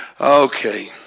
Okay